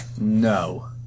No